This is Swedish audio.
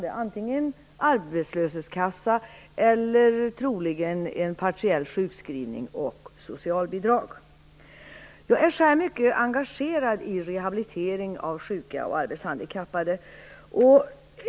Det blir antingen fråga om arbetslöshetskassa eller, vilket är troligt, partiell sjukskrivning och socialbidrag. Jag är själv mycket engagerad i rehabilitering av sjuka och arbetshandikappade.